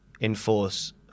enforce